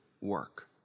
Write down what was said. work